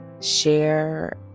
share